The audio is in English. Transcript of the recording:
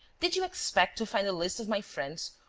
did you expect to find a list of my friends,